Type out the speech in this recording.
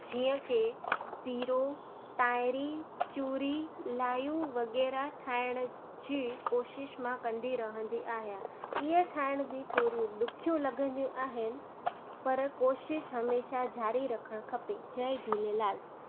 जीअं के सीरो तांहिरी चूरी लायूं वग़ैरह ठाहिण जी कोशिश मां कंदी रहंदी आहियां इहे ठाहिण बि थोड़ियूं ॾुखियूं लॻंदियूं आहिनि पर कोशिश हमेशह जारी रखणु खपे जय झूलेलाल